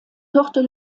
tochter